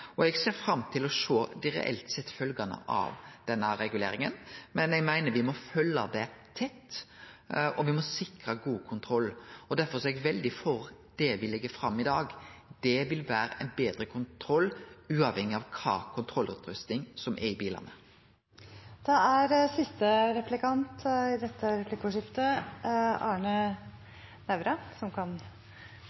Eg ser fram til å sjå dei reelle følgjene av denne reguleringa, men eg meiner me må følgje det tett, og me må sikre god kontroll. Derfor er eg veldig for det me legg fram i dag. Det vil vere ein betre kontroll, uavhengig av kva kontrollutrusting som er i bilane. Jeg er ikke i tvil om at vi går i